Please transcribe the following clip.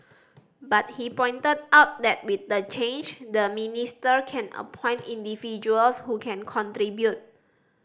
but he pointed out that with the change the minister can appoint individuals who can contribute